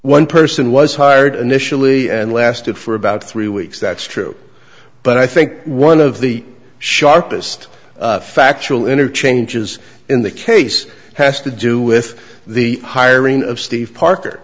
one person was hired initially and lasted for about three weeks that's true but i think one of the sharpest factual interchanges in the case has to do with the hiring of steve parker